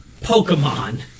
Pokemon